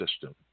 System